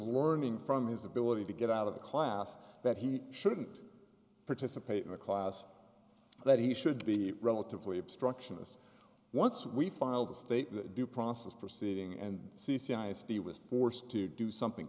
learning from his ability to get out of the class that he shouldn't participate in the class that he should be relatively obstructionist once we file the state the due process proceeding and c c ice t was forced to do something